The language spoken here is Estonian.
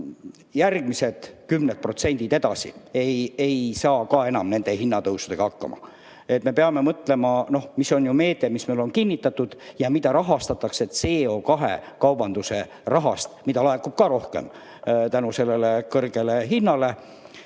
et järgmised kümned protsendid [leibkonnad] ei saa ka enam nende hinnatõusudega hakkama. Me peame mõtlema, noh, mis on ju meede, mis meil on kinnitatud ja mida rahastatakse CO2‑kaubanduse rahast, mida laekub ka rohkem tänu sellele kõrgele hinnale.